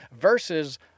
versus